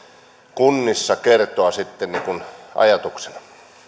kunnissa kertoa sitten ajatuksena